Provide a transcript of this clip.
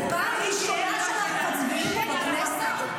זו פעם ראשונה שאנחנו מצביעים פה בכנסת?